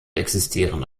existieren